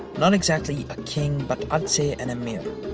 not exactly a king but i'd say an emir,